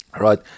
Right